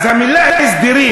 אז המילה הסדרים,